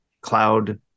cloud